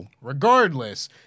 regardless